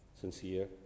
sincere